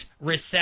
recession